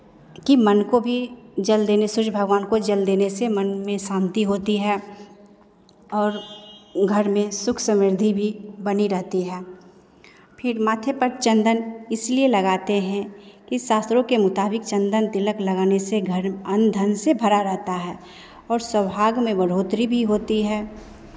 कि मन को भी जल देने सुर्य भगवान को जल देने से मन में शान्ति होती है और घर में सुख समृद्धि भी बनी रहेती है फिर माथे पर चंदन इसलिए लगाते हैं कि शास्त्रों के मुताबिक चंदन तिलक लगाने से घर अन्न धन से भरा रहता है और सौभाग्य में बढ़ोतरी भी होती है